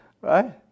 Right